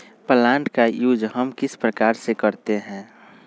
Plant का use हम किस प्रकार से करते हैं?